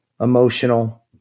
emotional